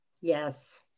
Yes